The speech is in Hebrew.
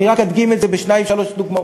אני רק אדגים את זה בשתיים-שלוש דוגמאות.